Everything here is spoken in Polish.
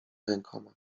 rękoma